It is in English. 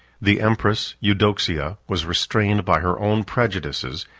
the empress eudoxia was restrained by her own prejudices,